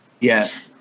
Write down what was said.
Yes